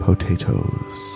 potatoes